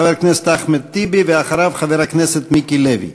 חבר הכנסת אחמד טיבי, ואחריו, חבר הכנסת מיקי לוי.